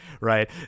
right